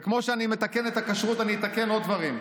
וכמו שאני מתקן את הכשרות אני אתקן עוד דברים.